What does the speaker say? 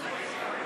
המשיב?